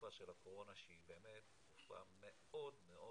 בתקופה של הקורונה שהיא באמת תקופה מאוד מאוד